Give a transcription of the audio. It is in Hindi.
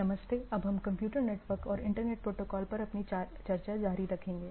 नमस्ते अब हम कंप्यूटर नेटवर्क और इंटरनेट प्रोटोकॉल पर अपनी चर्चा जारी रखेंगे